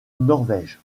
norvège